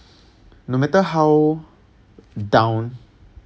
no matter how down